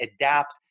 adapt